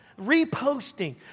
reposting